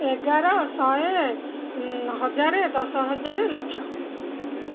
ଏଗାର ଶହେ ହଜାରେ ଦଶ ହଜାର ଲକ୍ଷ